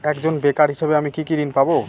একজন বেকার হিসেবে আমি কি কি ঋণ পাব?